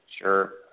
Sure